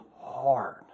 hard